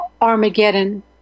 Armageddon